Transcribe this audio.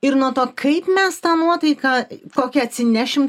ir nuo to kaip mes tą nuotaiką kokią atsinešim